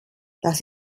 das